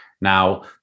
Now